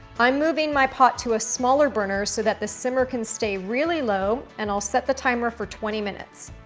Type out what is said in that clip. i'm moving my pot to a smaller burner so that the simmer can stay really low and i'll set the timer for twenty minutes.